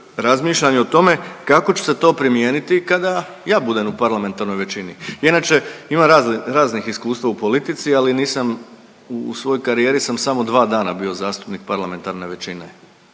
razmišljam i o tome kako će se to primijeniti kada ja budem u parlamentarnoj većini. Ja inače imam raznih iskustava u politici, ali nisam u svojoj karijeri sam samo dva dana bio zastupnik parlamentarne većine